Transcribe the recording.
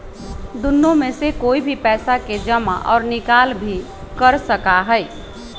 दुन्नो में से कोई भी पैसा के जमा और निकाल भी कर सका हई